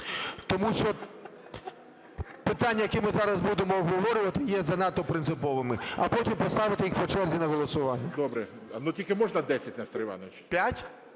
тому що питання, які ми зараз будемо обговорювати, є занадто принциповими, а потім поставити їх по черзі на голосування. ГОЛОВУЮЧИЙ. Добре. Ну тільки, можна, 10, Нестор Іванович?